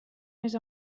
més